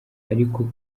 ariko